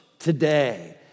Today